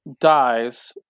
dies